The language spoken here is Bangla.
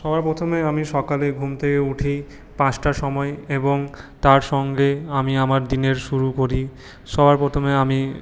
সবার প্রথমে আমি সকালে ঘুম থেকে উঠি পাঁচটার সময় এবং তার সঙ্গে আমি আমার দিনের শুরু করি সবার প্রথমে আমি